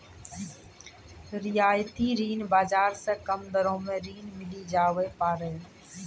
रियायती ऋण बाजार से कम दरो मे ऋण मिली जावै पारै